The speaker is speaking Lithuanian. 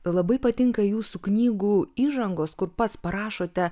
labai patinka jūsų knygų įžangos kur pats parašote